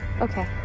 Okay